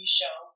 show